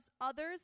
others